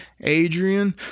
Adrian